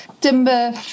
timber